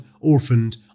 orphaned